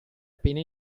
appena